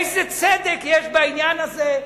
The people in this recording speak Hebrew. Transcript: איזה צדק יש בעניין הזה?